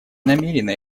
намерена